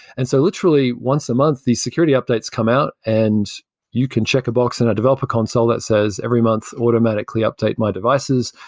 and so literally once a month, these security updates come out and you can check a box in a developer console that says every month automatically update my devices.